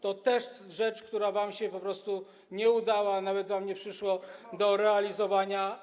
To też jest rzecz, która wam się po prostu nie udała, nawet wam nie przyszła do realizowania.